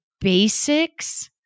basics